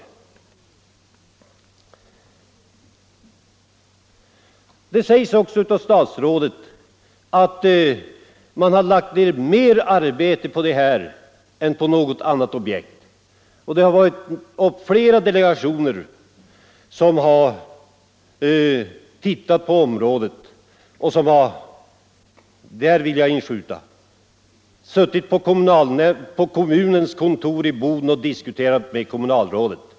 Statsrådet säger också att man har lagt ned mer arbete på detta än på något annat objekt och att flera delegationer har tittat på området och — det vill jag inskjuta — suttit på kommunens kontor i Boden och diskuterat med kommunalrådet.